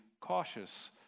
cautious